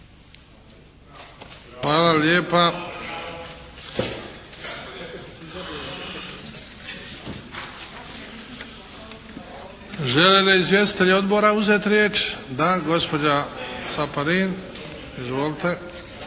Hvala lijepa. Žele li izvjestitelji odbora uzeti riječ? Da. Gospođa Caparin. Izvolite.